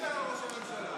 ראש הממשלה.